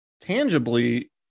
Tangibly